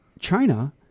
China